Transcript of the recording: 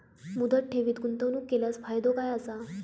मुदत ठेवीत गुंतवणूक केल्यास फायदो काय आसा?